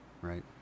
Right